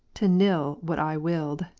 to nill what i willed,